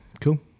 Cool